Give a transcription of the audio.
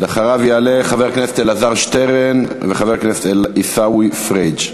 ואחריו יעלו חבר הכנסת אלעזר שטרן וחבר הכנסת עיסאווי פריג'.